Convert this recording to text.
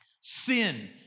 Sin